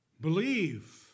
believe